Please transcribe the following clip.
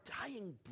dying